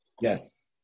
Yes